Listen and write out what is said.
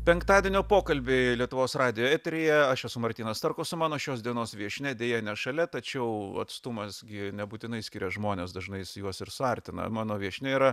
penktadienio pokalbiai lietuvos radijo eteryje aš esu martynas starkus o mano šios dienos viešnia deja ne šalia tačiau atstumas gi nebūtinai skiria žmones dažnai jis juos ir suartina mano viešnia yra